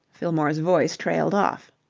fillmore's voice trailed off.